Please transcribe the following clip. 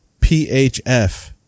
PHF